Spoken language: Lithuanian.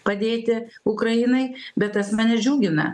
padėti ukrainai bet tas mane džiugina